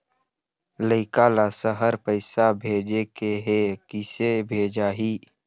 लइका ला शहर पैसा भेजें के हे, किसे भेजाही